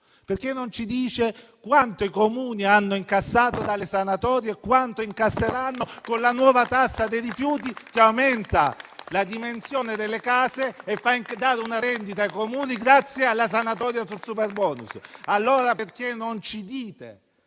Perché non ci dice quanti Comuni hanno incassato dalle sanatorie e quanto incasseranno con la nuova tassa dei rifiuti, che aumenta la dimensione delle case e crea una rendita comune grazie alla sanatoria sul superbonus? Allora perché non ci dite